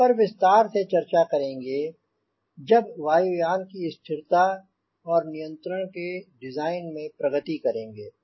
इस पर विस्तार से चर्चा करेंगे जब वायुयान की स्थिरता और नियंत्रण के डिज़ाइन में प्रगति करेंगे